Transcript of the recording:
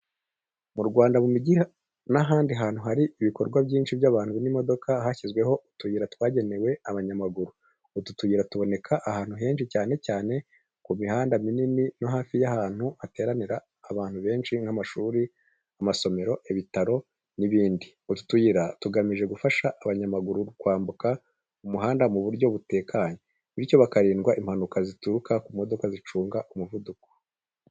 Mu Rwanda, mu mijyi n’ahandi hantu hari ibikorwa byinshi by’abantu n’imodoka, hashyizweho utuyira twagenewe abanyamaguru. Utu tuyira tuboneka ahantu henshi cyane cyane ku mihanda minini no hafi y’ahantu hateranira abantu benshi nk’amashuri, amasoko, ibitaro n’ibindi. Utu tuyira tugamije gufasha abanyamaguru kwambuka umuhanda mu buryo butekanye, bityo bakirindwa impanuka zituruka ku modoka zicunga umuvuduko.